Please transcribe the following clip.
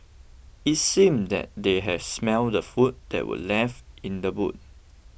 it seemed that they had smelt the food that were left in the boot